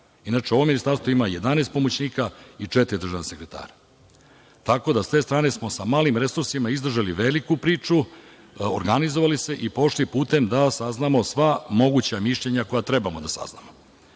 Inače, ovo ministarstvo ima 11 pomoćnika i četiri državna sekretara. Tako da smo sa te strane sa malim resursima izdržali veliku priču, organizovali se i pošli putem da saznamo sva moguća mišljenja koja trebamo da saznamo.